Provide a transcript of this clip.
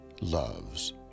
loves